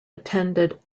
attended